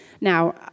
Now